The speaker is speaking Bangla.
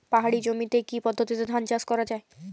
পাহাড়ী জমিতে কি পদ্ধতিতে ধান চাষ করা যায়?